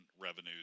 revenues